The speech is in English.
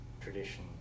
tradition